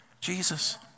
Jesus